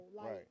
right